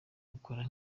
bukora